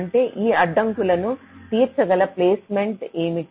అంటే ఈ అడ్డంకులను తీర్చగల ప్లేస్మెంట్ ఏమిటి